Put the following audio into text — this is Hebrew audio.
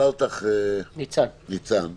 עזבי